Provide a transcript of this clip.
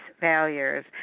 failures